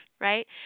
right